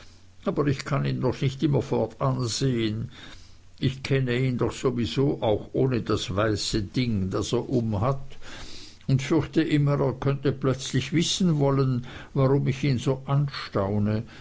aber ich kann ihn doch nicht immerfort ansehen ich kenne ihn doch sowieso auch ohne das weiße ding das er umhat und fürchte immer er könne plötzlich wissen wollen warum ich ihn so anstaune